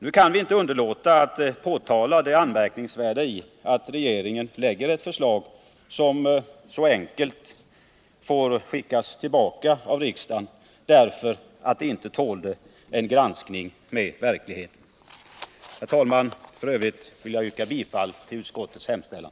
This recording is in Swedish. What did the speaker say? Vi kan inte underlåta att påtala det anmärkningsvärda i att regeringen lägger fram ett förslag som så enkelt får skickas tillbaka av riksdagen, därför att det inte tålde en verklighetsgranskning. Herr talman! Jag vill yrka bifall till utskottets hemställan.